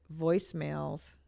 voicemails